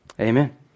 Amen